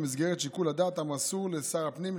במסגרת שיקול הדעת המסור לשר הפנים,